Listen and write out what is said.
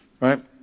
Right